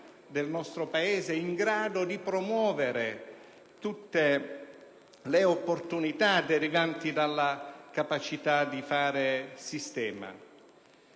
del nostro Paese, in grado di promuovere tutte le opportunità derivanti dalla capacità di fare sistema.